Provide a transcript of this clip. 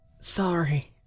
Sorry